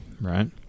right